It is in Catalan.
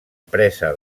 presa